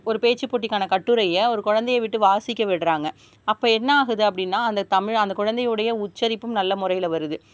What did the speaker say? ஒரு பேச்சு போட்டிக்கான கட்டுரையை ஒரு குழந்தய விட்டு வாசிக்க விடுறாங்க அப்போ என்னா ஆகுது அப்படினா அந்த தமிழ் அந்த குழந்தையுடைய உச்சரிப்பும் நல்ல முறையில் வருது